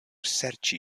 serĉi